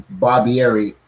Barbieri